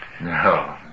No